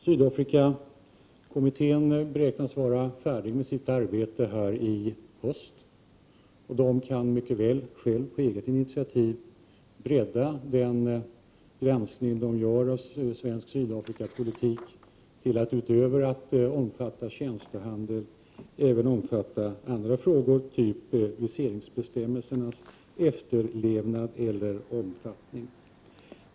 Sydafrikakommittén beräknar att vara färdig med sitt arbete i höst, och den kan mycket väl själv ta initiativ till att bredda den granskning man gör av svensk Sydafrikapolitik till att utöver att omfatta tjänstehandel även omfatta andra frågor, typ viseringsbestämmelsernas efterlevnad eller omfattning.